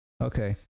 Okay